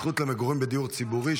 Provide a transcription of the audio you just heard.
זכות למגורים בדיור ציבורי),